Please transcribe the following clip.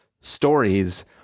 stories